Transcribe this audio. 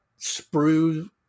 sprue